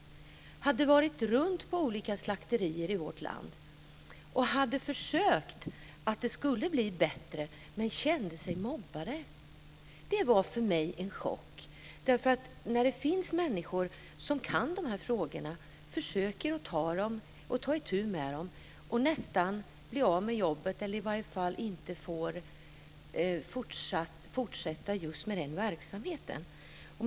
De hade varit runt på olika slakterier i vårt land och hade försökt få det att bli bättre, men de kände sig mobbade. Det var för mig en chock. Det finns människor som kan de här frågorna, som försöker ta itu med dem och så blir de nästan av med jobbet eller får i varje fall inte fortsätta med just den här verksamheten.